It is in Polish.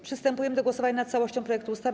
Przystępujemy do głosowania nad całością projektu ustawy.